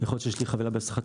יכול להיות שיש לי חבילה ב-013.